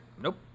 nope